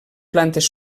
plantes